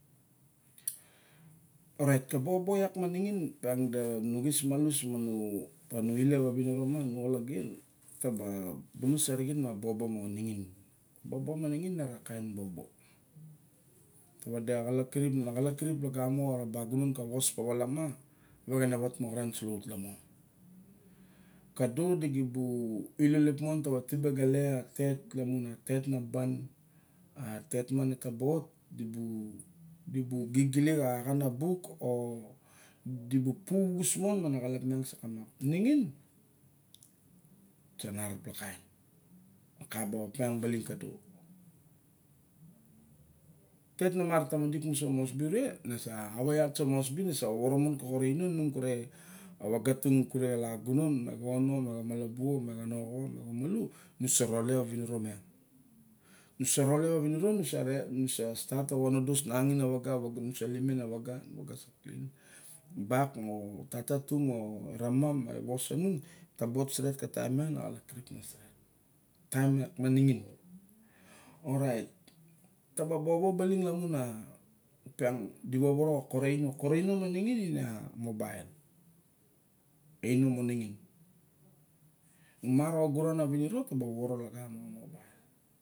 Orait ka bobo iak maninin. O piang da nu xis malus manu o pa nu ilep a viniro o taba bulus a rixin ma bobo me nixen. A bobo mo nixin arakain o bobo, vade xalap kirip a na xalap kirip iagano ra bagunon ka voa palawa ma. Vexenawat maxren so laut lamo. Kado di bu ilalep mon tawa libe gale a tet lamun a tet na ban. A tet ma metaba at di bu gigilemxa xan buk o di purus mon mana xalap miang sa kamap. Nixin osnarapla kain na ka opiang kado. Tet namara tamadin mu so mosbi urenesa awa iat so mosbi ne sa woworo mon kaxo ra ino inung kure vaga tung kure kala gunon, kono, komalabu, komatu nu sa rolep a vinro miang. Nu sa ralep a viniro nusa limen a waga. sa klin bak o tala tung o raman, o was a nung taba ot steret ka taim miang naxalap kirip sa redi. Taim iak manigi orait taba bobo baling lamun a apiang di vovoro xa koraino koraino mo ningin ine a mobile. A inom monoxin. Numaraun agura na vaniro ta ba vovoro lagamoxa mobile.